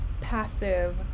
passive